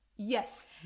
Yes